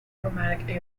chromatic